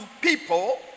people